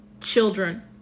children